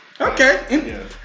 Okay